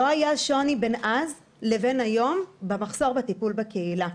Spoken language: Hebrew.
לא היה שוני בין אז לבין היום במחסור בטיפול בקהילה.